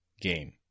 game